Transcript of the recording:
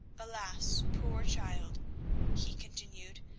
alas, poor child he continued,